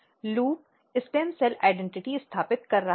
loop stem cell की पहचान स्थापित कर रहा है